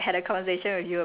and then